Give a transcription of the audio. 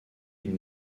une